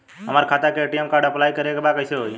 हमार खाता के ए.टी.एम कार्ड अप्लाई करे के बा कैसे होई?